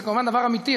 זה כמובן דבר אמיתי,